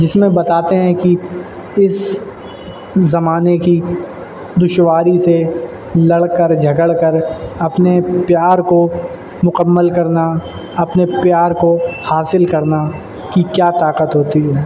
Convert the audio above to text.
جس میں بتاتے ہے کہ اس زمانے کی دشواری سے لڑ کر جھگڑ کر اپنے پیار کو مکمل کرنا اپنے پیار کو حاصل کرنا کی کیا طاقت ہوتی ہے